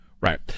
Right